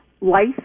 life